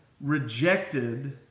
rejected